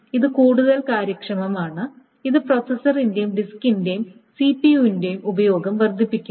ഇത് കൂടുതൽ കാര്യക്ഷമമാണ് ഇത് പ്രോസസറിന്റെയും ഡിസ്കിന്റെയും സിപിയുവിന്റെയും ഉപയോഗം വർദ്ധിപ്പിക്കുന്നു